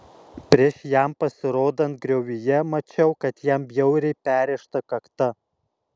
prieš jam pasirodant griovyje mačiau kad jam bjauriai perrėžta kakta